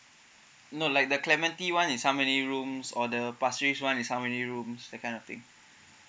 no like the clementi one is how many rooms or the pasir ris one is how many rooms that kind of thing